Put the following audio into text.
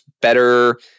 better